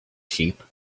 sheep